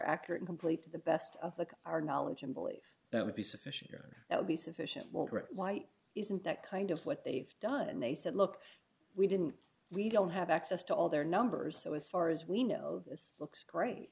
accurate incomplete to the best of our knowledge and believe that would be sufficient or that would be sufficient will grow light isn't that kind of what they've done and they said look we didn't we don't have access to all their numbers so as far as we know this looks great